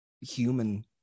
human